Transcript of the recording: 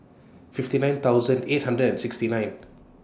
fifty nine thousand eight hundred and sixty nine